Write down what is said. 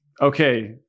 okay